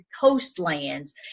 coastlands